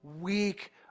weak